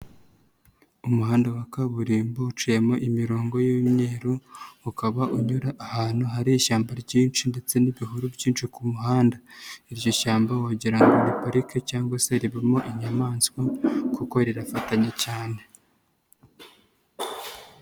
Umuhanda wa kaburimbo uciyemo imirongo y'imyeru, ukaba unyura ahantu hari ishyamba ryinshi ndetse n'ibihuru byinshi ku muhanda. Iryo shyamba wagira ngo ngo ni parike cyangwa se ribamo inyamaswa kuko rirafatanye cyane.